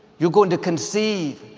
you're going to conceive,